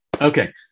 Okay